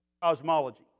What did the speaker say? cosmology